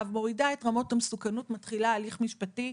ומורידה את רמות המסוכנות מתחילה הליך משפטי.